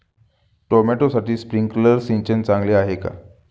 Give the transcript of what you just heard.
टोमॅटोसाठी स्प्रिंकलर सिंचन चांगले आहे का?